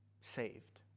saved